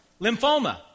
lymphoma